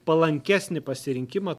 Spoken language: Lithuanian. palankesnį pasirinkimą